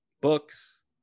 books